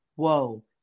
Whoa